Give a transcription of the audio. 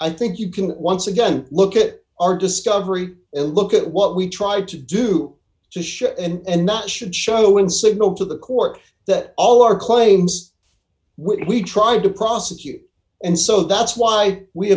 i think you can once again look at our discovery and look at what we tried to do to share and not should show when signaled to the court that all our claims which we tried to prosecute and so that's why we